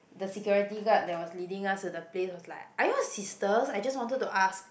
the security guard that was leading us to the place was like are you all sisters I just wanted to ask